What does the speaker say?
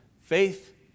faith